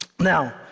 Now